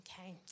Okay